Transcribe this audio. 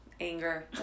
anger